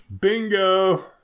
bingo